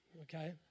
okay